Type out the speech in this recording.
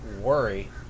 worry